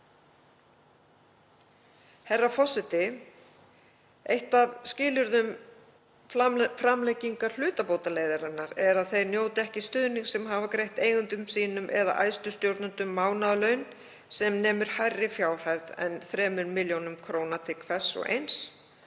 Herra forseti. Eitt af skilyrðum framlengingar hlutabótaleiðar er að þeir njóti ekki stuðnings sem hafa greitt eigendum sínum eða æðstu stjórnendum mánaðarlaun sem nema hærri fjárhæð en 3.000.000 kr. til hvers og eins.